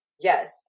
Yes